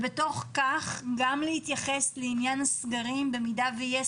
בתוך כך גם להתייחס לעניין הסגרים במידה ויהיה